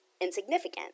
insignificant